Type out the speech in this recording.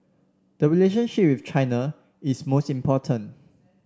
the relationship with China is most important